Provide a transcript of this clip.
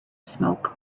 smoke